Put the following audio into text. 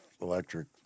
electric